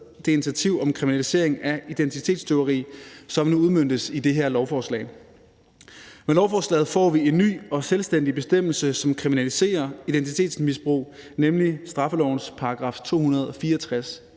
det initiativ om kriminalisering af identitetstyveri, som nu udmøntes i det her lovforslag. Med lovforslaget får vi en ny og selvstændig bestemmelse, som kriminaliserer identitetsmisbrug, nemlig straffelovens § 264